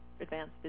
advanced